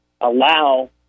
allow